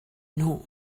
nhw